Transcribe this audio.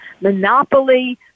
Monopoly